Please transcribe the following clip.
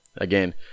Again